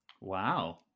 wow